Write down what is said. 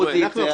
חבר'ה,